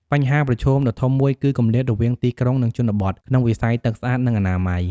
បញ្ហាប្រឈមដ៏ធំមួយ គឺ គម្លាតរវាងទីក្រុង និងជនបទ ក្នុងវិស័យទឹកស្អាត និងអនាម័យ។